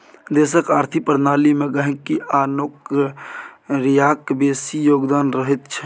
देशक आर्थिक प्रणाली मे गहिंकी आ नौकरियाक बेसी योगदान रहैत छै